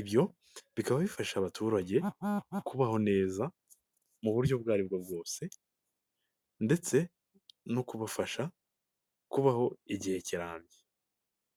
Ibyo bikaba bifasha abaturage kubaho neza mu buryo ubwo aribwo bwose ndetse no kubafasha kubaho igihe kirambye.